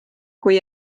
kui